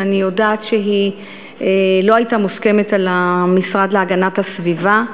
ואני יודעת שהיא לא הייתה מוסכמת על המשרד להגנת הסביבה.